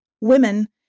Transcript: Women